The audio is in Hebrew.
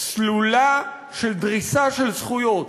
סלולה של דריסה של זכויות.